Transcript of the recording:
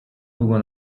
długo